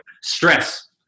stress